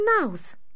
mouth